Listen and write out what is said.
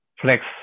flex